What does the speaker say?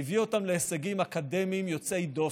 והביא אותם להישגים אקדמיים יוצאי דופן.